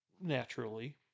naturally